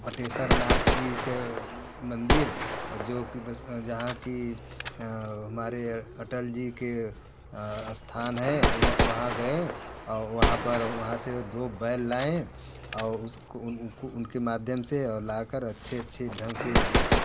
बटेश्वर नाथ जी के मंदिर जो जहाँ की हमारे अटल जी के स्थान है वहाँ गए और वहाँ पर वहाँ से दो बैल लाए और उनके माध्यम से और लाकर अच्छे अच्छे ढंग से